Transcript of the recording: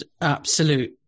absolute